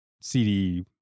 CD